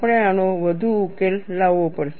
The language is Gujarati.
આપણે આનો વધુ ઉકેલ લાવવો પડશે